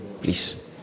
Please